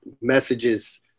messages